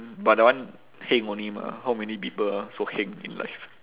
but that one heng only mah how many people so heng in life